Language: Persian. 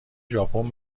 ژاپن